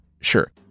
Sure